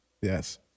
Yes